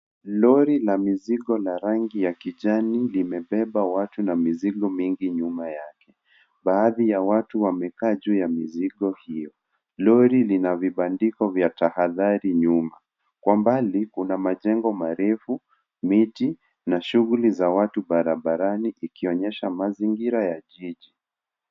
Lori la mizigo na rangi ya kijani limebeba watu na mizigo mingi nyuma yake baadhi ya watu wamekaa juu ya mizigo hiyo. Lori lina vibandiko vya tahadhari nyuma. Kwa mbali kuna majengo marefu miti na shughuli za watu barabarani ikionyesha mazingira ya jiji.